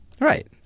Right